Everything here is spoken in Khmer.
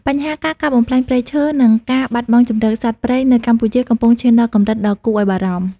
បញ្ហាការកាប់បំផ្លាញព្រៃឈើ និងការបាត់បង់ជម្រកសត្វព្រៃនៅកម្ពុជាកំពុងឈានដល់កម្រិតដ៏គួរឲ្យបារម្ភ។